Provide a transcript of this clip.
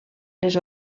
les